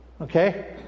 Okay